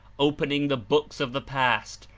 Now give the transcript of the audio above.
opening the books of the past,